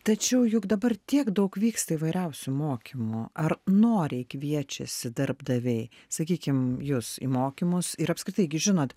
tačiau juk dabar tiek daug vyksta įvairiausių mokymų ar noriai kviečiasi darbdaviai sakykim jus į mokymus ir apskritai gi žinot